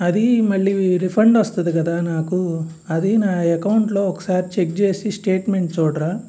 అది మళ్ళీ రిఫండ్ వస్తుంది కదా నాకు అది నా అకౌంట్లో ఒకసారి చెక్ చేసి స్టేట్మెంట్ చూడరా